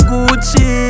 Gucci